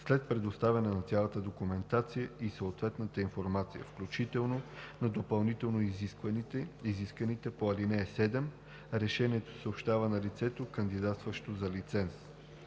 след представяне на цялата документация и съответната информация, включително на допълнително изисканите по ал. 7. Решението се съобщава на лицето, кандидатстващо за лиценз.“